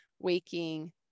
waking